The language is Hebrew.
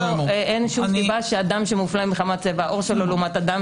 אין שום סיבה שאדם שמופלה מחמת צבע העור שלו לעומת אדם